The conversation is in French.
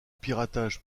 piratage